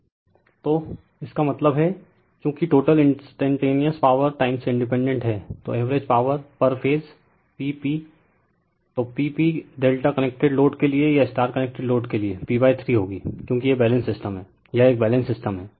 refer slide time 1122 तो इसका मतलब है चूंकि टोटल इंस्टेंटेनिअस पॉवर टाइम से इंडिपेंडेंट है तो एवरेज पॉवर पर फेज P p तो P p Δ कनेक्टेड लोड के लिए या स्टार कनेक्टेड लोड के लिए p 3 होगी क्योंकि यह बैलेंस्ड सिस्टम है यह एक बैलेंस्ड सिस्टम है